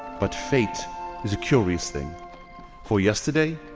but fate is a curious thing for yesterday,